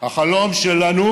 החלום שלנו